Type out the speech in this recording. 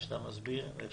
אני לא